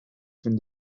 fynd